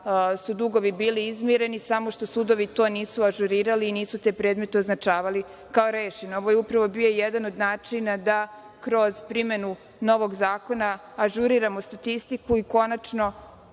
su dugovi bili izmireni, samo što sudovi to nisu ažurirali i nisu te predmete označavali kao rešene. Ovo je upravo bio jedan od načina da kroz primenu novog zakona ažuriramo statistiku i konačno